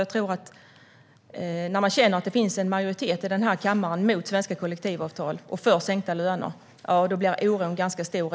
Jag tror att när man känner att det finns en majoritet i den här kammaren mot svenska kollektivavtal och för sänkta löner blir oron där ute ganska stor.